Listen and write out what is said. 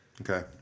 Okay